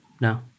no